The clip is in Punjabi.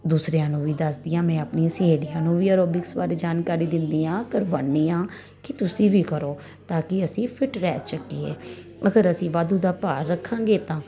ਦੂਸਰਿਆਂ ਨੂੰ ਵੀ ਦੱਸਦੀ ਹਾਂ ਮੈਂ ਆਪਣੀ ਸਹੇਲੀਆਂ ਨੂੰ ਵੀ ਔਰਬਿਕਸ ਬਾਰੇ ਜਾਣਕਾਰੀ ਦਿੰਦੀ ਹਾਂ ਕਰਵਾਉਣੀ ਹਾਂ ਕਿ ਤੁਸੀਂ ਵੀ ਕਰੋ ਤਾਂ ਕਿ ਅਸੀਂ ਫਿਟ ਰਹਿ ਸਕੀਏ ਮਗਰ ਅਸੀਂ ਵਾਧੂ ਦਾ ਭਾਰ ਰੱਖਾਂਗੇ ਤਾਂ